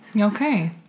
okay